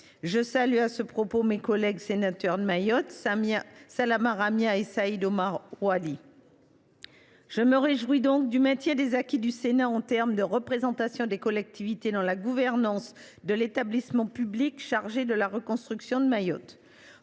je salue mes collègues sénateurs de Mayotte, Salama Ramia et Saïd Omar Oili. Je me réjouis que les acquis du Sénat s’agissant de la représentation des collectivités dans la gouvernance de l’établissement public chargé de la reconstruction de Mayotte